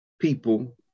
people